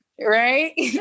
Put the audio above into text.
Right